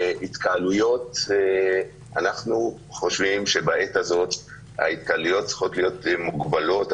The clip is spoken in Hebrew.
התקהלויות אנחנו חושבים שבעת הזאת ההתקהלויות צריכות להיות מוגבלות.